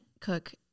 cook